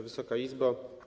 Wysoka Izbo!